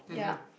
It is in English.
mmhmm